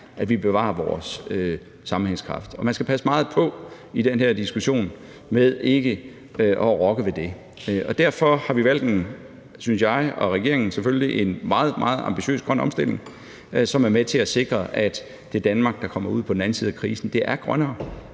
i det danske samfund. Og man skal passe meget på i den her diskussion med ikke at rokke ved det. Derfor har vi valgt en, synes jeg og regeringen selvfølgelig, meget, meget ambitiøs grøn omstilling, som er med til at sikre, at det Danmark, der kommer ud på den anden side af krisen, er grønnere,